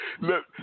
Look